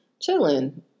chilling